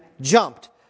jumped